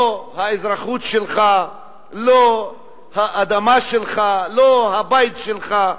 לא האזרחות שלך, לא האדמה שלך, לא הבית שלך.